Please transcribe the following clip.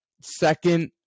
second